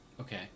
Okay